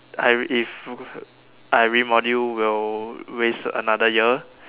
I if I remodule will waste another year